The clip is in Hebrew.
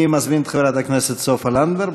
אני מזמין את חברת הכנסת סופה לנדבר,